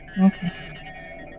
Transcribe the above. Okay